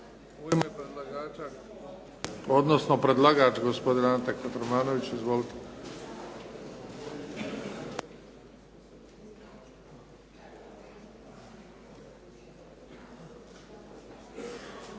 U ime predlagača, odnosno predlagač, gospodin Ante Kotromanović. Izvolite.